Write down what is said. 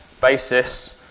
basis